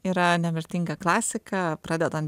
yra nemirtinga klasika pradedant